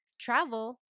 travel